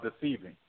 deceiving